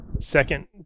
Second